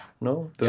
No